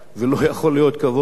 ולא יכול להיות כבוד.